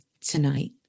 tonight